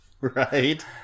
Right